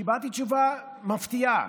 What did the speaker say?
קיבלתי תשובה מפתיעה: